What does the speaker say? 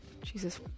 Jesus